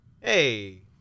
Hey